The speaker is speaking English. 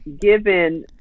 given